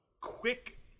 quick